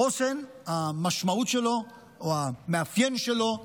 החוסן, המשמעות שלו, המאפיין שלו,